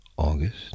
August